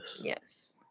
Yes